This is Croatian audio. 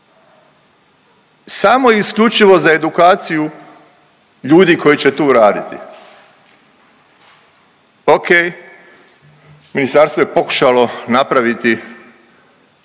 samo i isključivo za edukaciju ljudi koji će tu raditi. Okej, ministarstvo je pokušalo napraviti